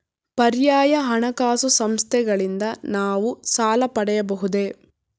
ಪರ್ಯಾಯ ಹಣಕಾಸು ಸಂಸ್ಥೆಗಳಿಂದ ನಾವು ಸಾಲ ಪಡೆಯಬಹುದೇ?